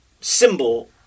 symbol